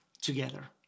together